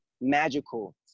magical